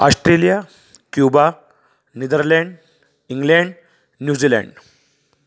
Australia Cuba Netherlands England New Zealand